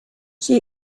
she